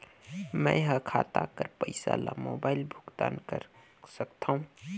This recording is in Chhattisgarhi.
मैं ह खाता कर पईसा ला मोबाइल भुगतान कर सकथव?